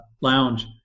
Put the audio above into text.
lounge